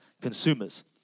consumers